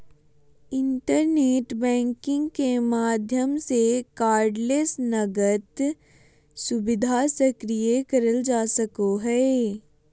internet banking के माध्यम से कार्डलेस नकद सुविधा सक्रिय करल जा सको हय